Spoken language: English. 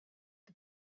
the